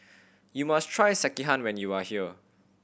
you must try Sekihan when you are here